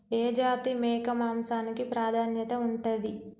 ఏ జాతి మేక మాంసానికి ప్రాధాన్యత ఉంటది?